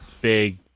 big